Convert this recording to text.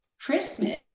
Christmas